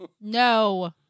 no